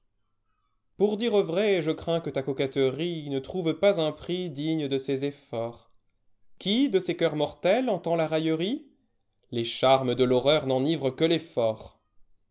pour dire vrai je crains que ta coquetteriene trouve pas un prix digne de ses efi orts qui de ces cœurs mortels entend la raillerie les charmes de l'horreur n'enivrent que